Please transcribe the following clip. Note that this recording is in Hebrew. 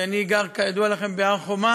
אני גר כידוע לכם בהר-חומה,